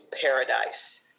paradise